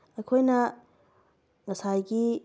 ꯑꯩꯈꯣꯏꯅ ꯉꯁꯥꯏꯒꯤ